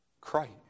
Christ